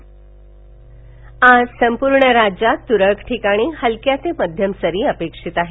हवामान आज संपूर्ण राज्यात तुरळक ठिकाणी हलक्या ते मध्यम सरी अपेक्षित आहेत